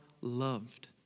loved